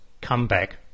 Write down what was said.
comeback